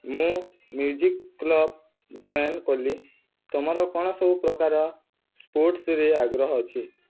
ମୁଁ music club join କଲି ତୁମର କ'ଣ ସବୁ ପ୍ରକାର ସ୍ପୋର୍ଟସ୍ରେ ଆଗ୍ରହ ଅଛି